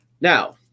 Now